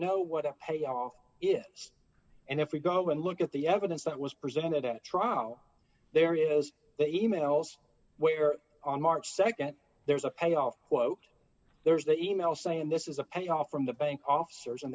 know what a payoff is and if we go and look at the evidence that was presented at trial there is d e mails where on march nd there's a payoff quote there's the e mail saying this is a payoff from the bank officers